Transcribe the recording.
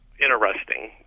interesting